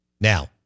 Now